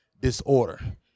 Disorder